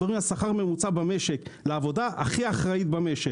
אנחנו מדברים על שכר ממוצע במשק לעבודה הכי אחראית במשק.